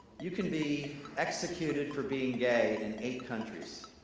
you can be executed for being gay in eight countries.